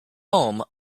home